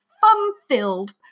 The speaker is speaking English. fun-filled